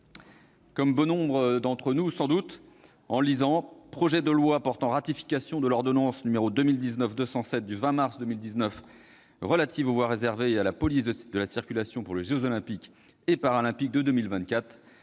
Comme bon nombre d'entre nous, en lisant « Projet de loi portant ratification de l'ordonnance n° 2019-207 du 20 mars 2019 relative aux voies réservées et à la police de la circulation pour les jeux Olympiques et Paralympiques de 2024